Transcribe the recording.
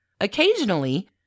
Occasionally